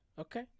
okay